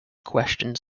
questions